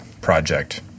project